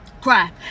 cry